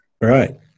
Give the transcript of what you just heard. Right